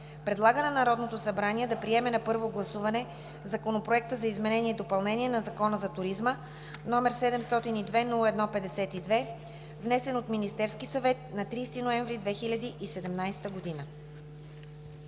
Предлага на Народното събрание да приеме на първо гласуване Законопроект за изменение и допълнение на Закона за туризма, № 702-01-52, внесен от Министерския съвет на 30 ноември 2017 г.“